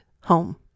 home